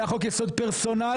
היה חוק יסוד פרסונלי,